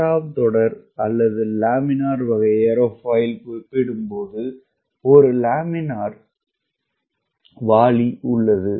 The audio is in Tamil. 6 தொடர் அல்லது லேமினார் வகை ஏரோஃபாயில் குறிப்பிடும்போது ஒரு லேமினார் வாளி உள்ளது